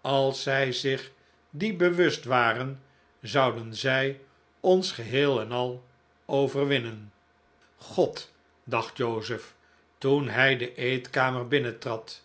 als zij zich die bewust waren zouden zij ons geheel en al overwinnen god dacht joseph toen hij de eetkamer binnentrad